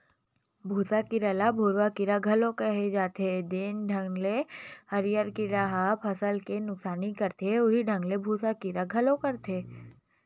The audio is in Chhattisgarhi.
भूँसा कीरा ल भूरूवा कीरा घलो केहे जाथे, जेन ढंग ले हरियर कीरा ह फसल के नुकसानी करथे उहीं ढंग ले भूँसा कीरा घलो करथे